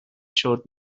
showed